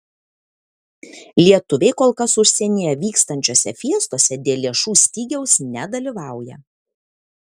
lietuviai kol kas užsienyje vykstančiose fiestose dėl lėšų stygiaus nedalyvauja